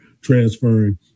transferring